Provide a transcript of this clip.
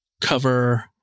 cover